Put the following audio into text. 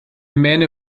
mähne